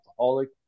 alcoholic